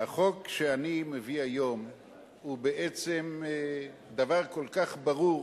החוק שאני מביא היום הוא בעצם דבר כל כך ברור,